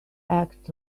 act